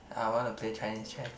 I wanna play Chinese chess